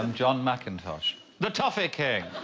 um john mackintosh the toffee king.